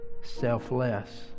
selfless